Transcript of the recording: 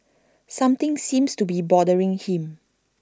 something seems to be bothering him